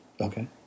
Okay